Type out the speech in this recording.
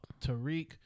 Tariq